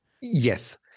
Yes